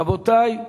רבותי,